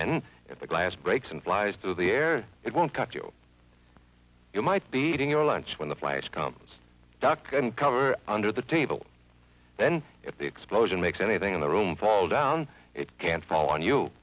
and if the glass breaks and flies through the air it won't cut you you might be eating your lunch when the place comes duck and cover under the table then if the explosion makes anything in the room fall down it can fall on you